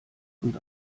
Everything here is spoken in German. und